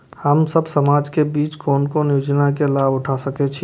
हम सब समाज के बीच कोन कोन योजना के लाभ उठा सके छी?